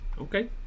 okay